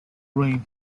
rain